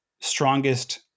strongest